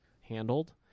handled